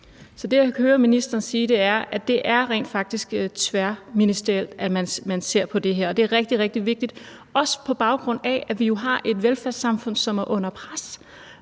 det, jeg hører ministeren sige, er, at det rent faktisk er tværministerielt, man ser på det her. Det er rigtig, rigtig vigtigt, også på baggrund af at vi jo har et velfærdssamfund, som er under pres.